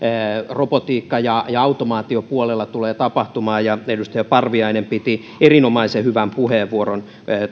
robotiikka ja ja automaatiopuolella tulee tapahtumaan ja edustaja parviainen piti erinomaisen hyvän puheenvuoron